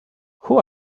who